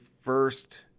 first